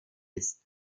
ist